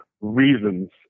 reasons